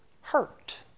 hurt